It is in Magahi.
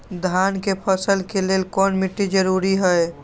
धान के फसल के लेल कौन मिट्टी जरूरी है?